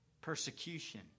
persecution